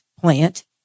plant